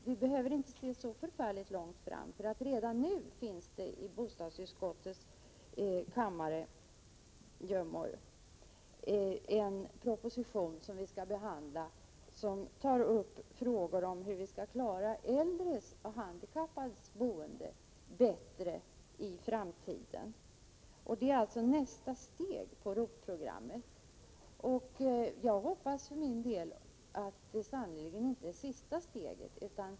Vi behöver inte se särskilt långt framåt, för redan nu finns det i bostadsutskottets gömmor en proposition som skall behandlas senare och där man tar upp frågor om hur vi i framtiden bättre skall klara äldres och handikappades boende. Det är alltså nästa steg på ROT-programmet. Jag hoppas för min del att det inte är sista steget.